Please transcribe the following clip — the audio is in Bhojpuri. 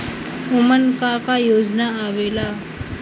उमन का का योजना आवेला?